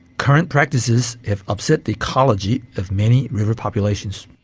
current practices have upset the ecology of many river populations.